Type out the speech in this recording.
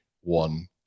one